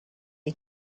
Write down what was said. les